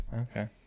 okay